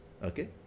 Okay